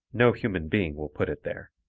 no human being will put it there.